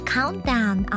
Countdown